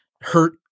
hurt